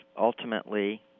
ultimately